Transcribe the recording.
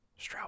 Straub